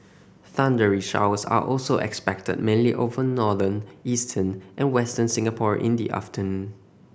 thundery showers are also expected mainly over northern eastern and Western Singapore in the afternoon